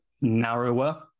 narrower